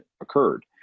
occurred